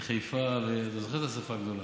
בחיפה, ואתה זוכר את השרפה הגדולה,